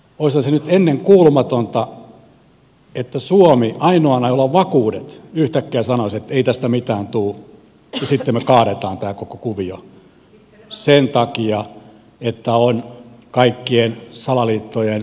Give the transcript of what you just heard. olisihan se nyt ennenkuulumatonta että suomi ainoana jolla on vakuudet yhtäkkiä sanoisi että ei tästä mitään tule ja sitten me kaadamme tämän koko kuvion sen takia että on kaikkien salaliittojen